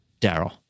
Daryl